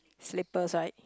slippers right